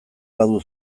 badu